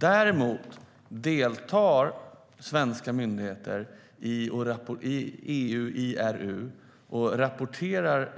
Däremot deltar svenska myndigheter i EU IRU och rapporterar